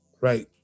right